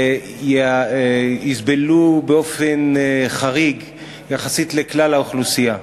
יסבלו באופן חריג יחסית לכלל האוכלוסייה.